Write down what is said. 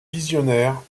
visionnaire